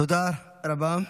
תודה רבה.